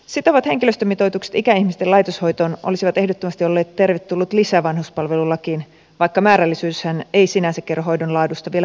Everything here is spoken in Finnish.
sitovat henkilöstömitoitukset ikäihmisten laitoshoitoon olisivat ehdottomasti olleet tervetullut lisä vanhuspalvelulakiin vaikka määrällisyyshän ei sinänsä kerro hoidon laadusta vielä paljoakaan